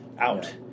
out